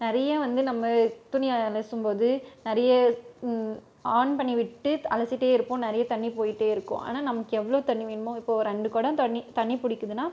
நிறைய வந்து நம்ம துணி அலசும்போது நிறைய ஆன் பண்ணி விட்டு அலசிட்டேருப்போம் நிறைய தண்ணி போயிட்டேருக்கும் ஆனால் நமக்கு எவ்வளோ தண்ணி வேணுமோ இப்போது ரெண்டு குடம் தண்ணி தண்ணி பிடிக்குதுனா